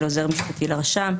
של עוזר משפטי לרשם,